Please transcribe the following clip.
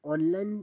online